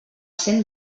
cent